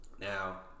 Now